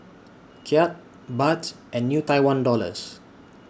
Kyat Baht and New Tie one Dollars